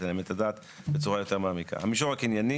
עליהם את הדעת בצורה מעמיקה יותר: המישור הקנייני